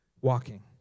walking